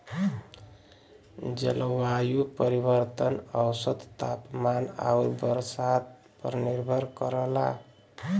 जलवायु परिवर्तन औसत तापमान आउर बरसात पर निर्भर करला